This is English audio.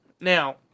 now